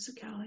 physicality